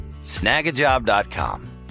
Snagajob.com